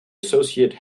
associate